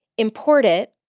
import it,